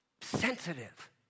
sensitive